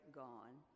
gone